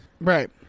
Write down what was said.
Right